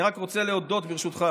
אני רק רוצה להודות, ברשותך.